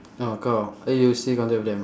oh kau eh you still contact with them